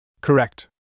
Correct